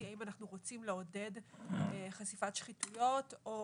היא האם אנחנו רוצים לעודד חשיפת שחיתויות או